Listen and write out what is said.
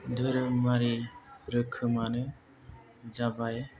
धोरोमारि रोखोमानो जाबाय